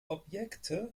objekte